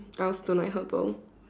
I also don't like herbal